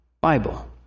Bible